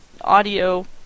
audio